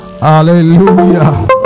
Hallelujah